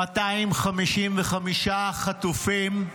255 חטופים: